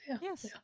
Yes